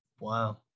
Wow